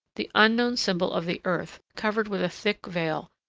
the unknown symbol of the earth, covered with a thick veil,